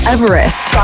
Everest